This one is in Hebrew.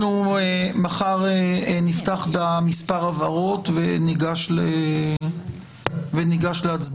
מחר נפתח במספר הבהרות וניגש להצבעות.